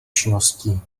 činností